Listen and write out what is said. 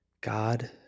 God